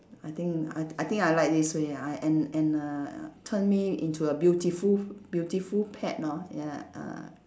I think I t~ I think I like this way uh and and and uh turn me into a beautiful beautiful pet lor ya uh